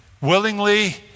willingly